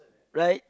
right